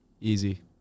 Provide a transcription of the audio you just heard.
Easy